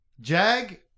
Jag